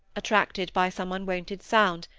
attracted by some unwonted sound,